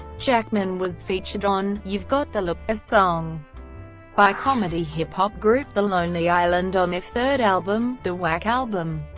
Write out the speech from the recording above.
jackman was featured on you've got the look, a song by comedy hip hop group the lonely island on their third album, the wack album,